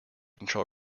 control